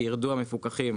כי יירדו המפוקחים,